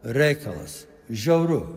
reikalas žiauru